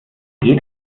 geht